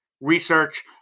research